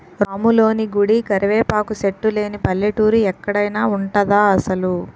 రాములోని గుడి, కరివేపాకు సెట్టు లేని పల్లెటూరు ఎక్కడైన ఉంటదా అసలు?